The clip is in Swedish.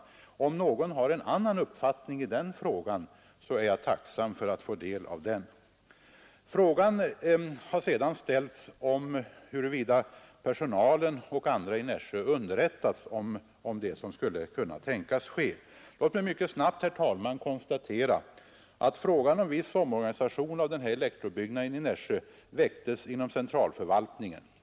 Om någon har en annan uppfattning i denna fråga, är jag tacksam att få del av den. Frågan har sedan ställts huruvida personalen och andra i Nässjö underrättats om det som skulle kunna tänkas ske. Låt mig mycket snabbt, herr talman, konstatera att frågan om viss omorganisation av elektrobyggnadsavdelningen i Nässjö väcktes inom centralförvaltningen.